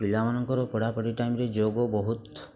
ପିଲାମାନଙ୍କର ପଢ଼ାପଢ଼ି ଟାଇମ୍ରେ ଯୋଗ ବହୁତ